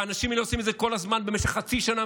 והאנשים האלה עושים את זה כל הזמן במשך חצי שנה,